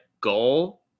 goal